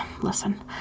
listen